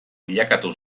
bilakatu